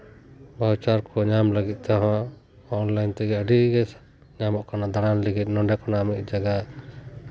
ᱵᱷᱟᱣᱪᱟᱨ ᱠᱚ ᱧᱟᱢ ᱞᱟᱹᱜᱤᱫ ᱛᱮᱦᱚᱸ ᱚᱱᱟᱞᱟᱭᱤᱱ ᱛᱮᱜᱮ ᱟᱹᱰᱤᱜᱮ ᱧᱟᱢᱚᱜ ᱠᱟᱱᱟ ᱫᱟᱬᱟᱱ ᱞᱟᱹᱜᱤᱫ ᱱᱚᱰᱮ ᱠᱷᱚᱱᱟᱜ ᱢᱤᱫ ᱡᱟᱭᱜᱟ